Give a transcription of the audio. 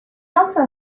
also